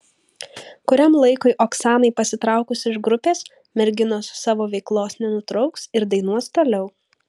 kuriam laikui oksanai pasitraukus iš grupės merginos savo veiklos nenutrauks ir dainuos toliau